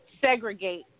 segregate